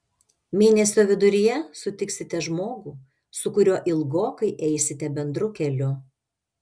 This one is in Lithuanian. mėnesio viduryje sutiksite žmogų su kuriuo ilgokai eisite bendru keliu